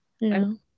No